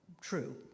true